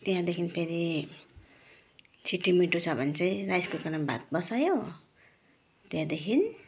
त्यहाँदेखि फेरि छिटो मिठो छ भने चाहिँ राइस कुकरमा भात बसायो त्यहाँदेखि